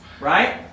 right